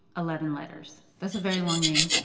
eleven letters that's a very long name.